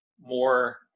more